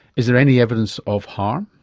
is there any evidence of harm?